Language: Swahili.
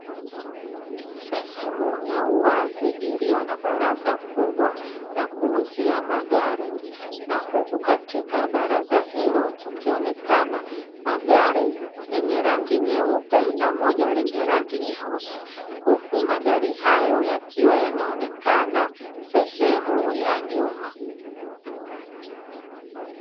Sehemu ya uwazi iliyo na baraza kubwa la kuuzia magari na huku katika baraza hilo kukionekana magari yenye rangi nyeupe na moja lenye rangi nyeusi huku magari hayo yakiwa yanaonekana sehemu ya nyuma.